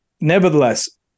nevertheless